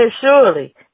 Surely